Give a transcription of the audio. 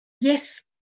Yes